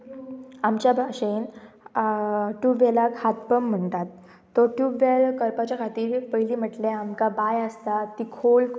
आमच्या भाशेन ट्यूब वेलाक हातपंप म्हणटात तो ट्यूबवॅल करपाच्या खातीर पयलीं म्हटलेर आमकां बांय आसता ती खोल